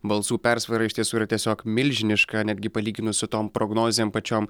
balsų persvara iš tiesų yra tiesiog milžiniška netgi palyginus su tom prognozėm pačiom